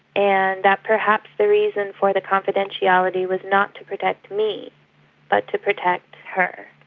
and that perhaps the reason for the confidentiality was not to protect me but to protect her.